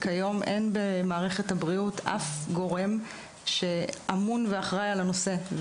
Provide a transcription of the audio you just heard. כיום אין במערכת הבריאות שום גורם שאמון ואחראי על הנושא.